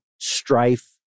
strife